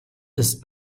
ist